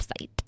website